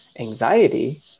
Anxiety